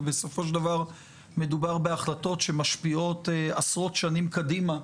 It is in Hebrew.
ובסופו של דבר מדובר בהחלטות שמשפיעות עשרות שנים קדימה.